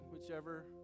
whichever